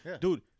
Dude